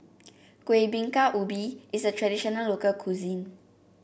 Kuih Bingka Ubi is a traditional local cuisine